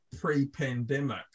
pre-pandemic